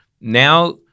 Now